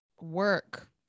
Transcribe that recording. work